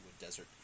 desert